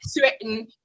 threaten